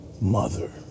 Mother